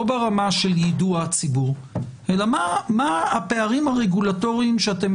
לא ברמה של יידוע הציבור אלא מה הפערים הרגולטוריים שאתם